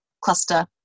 cluster